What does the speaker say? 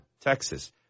Texas